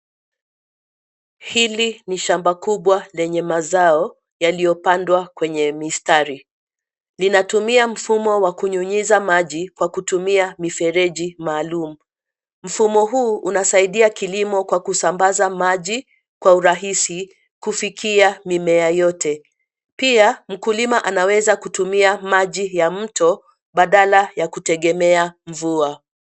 Hili ni shamba kubwa lenye mazao yaliyopandwa kwenye mistari. Vinatumia mfumo wa kunyunyiza maji kwa kutumia mifereji maalum. Mfumo huu unasaidia kilimo kwa kusambaza maji kwa urahisi kufikia mimea yote. Pia mkulima anaweza kutumia maji ya mto badala ya kutegemea mvua.